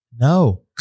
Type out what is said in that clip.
No